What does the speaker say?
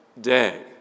day